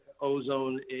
ozone